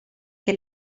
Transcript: che